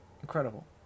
incredible